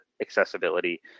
accessibility